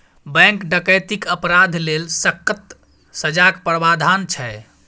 bank डकैतीक अपराध लेल सक्कत सजाक प्राबधान छै